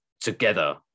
together